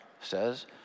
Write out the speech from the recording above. says